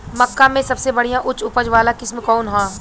मक्का में सबसे बढ़िया उच्च उपज वाला किस्म कौन ह?